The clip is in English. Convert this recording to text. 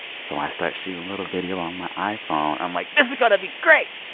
so i start shooting a little video on my iphone. i'm like, this is going to be great.